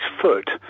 foot